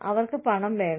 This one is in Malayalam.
അവർക്ക് പണം വേണോ